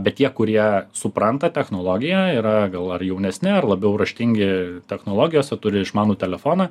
bet tie kurie supranta technologiją yra gal ar jaunesni ar labiau raštingi technologijose turi išmanų telefoną